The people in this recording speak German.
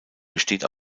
besteht